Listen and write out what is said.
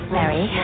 Mary